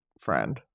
friend